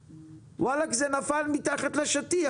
וואלק, זה נפל מתחת לשטיח